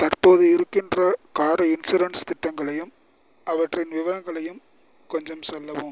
தற்போது இருக்கின்ற car insurance திட்டங்களையும் அவற்றின் விவரங்களையும் கொஞ்சம் சொல்லவும்